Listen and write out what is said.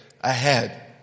ahead